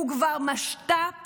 הוא כבר משת"פ